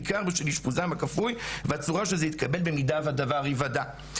בעיקר בשל אשפוזן הכפוי והצורה שזה יתקבל במידה והדבר ייוודע.